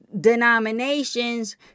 denominations